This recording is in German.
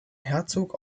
herzog